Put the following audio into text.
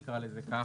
נקרא לו כך,